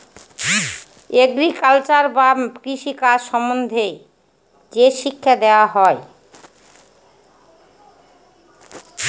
agriculture বা কৃষি কাজ সম্বন্ধে যে শিক্ষা দেওয়া হয়